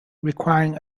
requiring